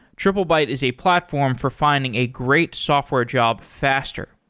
triplebyte is a platform for finding a great software job faster.